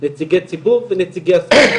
נציגי ציבור ונציגי הספורט,